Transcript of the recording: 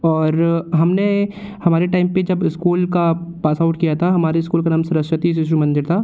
और हमने हमारे टाइम पर जब स्कूल का पास आउट किया था हमारे स्कूल का नाम सरस्वती शिशु मंदिर था